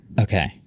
Okay